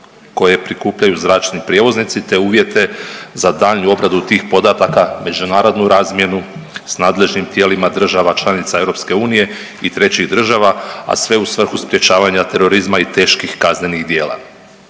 koje prikupljaju zračni prijevoznici te uvjete za daljnju obradu tih podataka, međunarodnu razmjenu s nadležnim tijelima država članica EU i trećih država, a sve u svrhu sprječavanja terorizma i teških kaznenih djela.